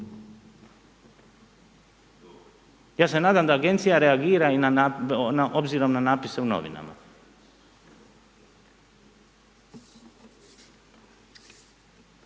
Ja se nadam da agencija reagira obzirom na napise u novinama.